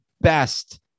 best